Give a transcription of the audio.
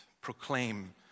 proclaim